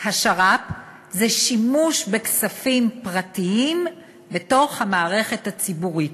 השר"פ זה שימוש בכספים פרטיים בתוך המערכת הציבורית,